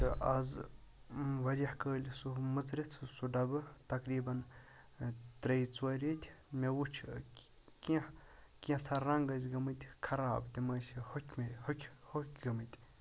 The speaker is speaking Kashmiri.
آز واریاہ کٲلۍ سُہ مٕژرِتھ سُہ ڈَبہٕ تَقریبن ترٛیٚیہِ ژورِ ریٚتۍ مےٚ وُچھ کینٛہہ کینٛہہ ژھا رَنٛگ ٲسۍ گٔمٕتۍ خَراب تِم ٲسۍ ہۄکھمٕتۍ ہۄکھ ہۄکھٕۍ گٔمٕتۍ